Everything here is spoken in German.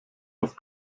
auf